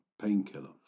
painkiller